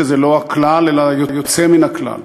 שזה לא הכלל אלא היוצא מן הכלל,